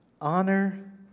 honor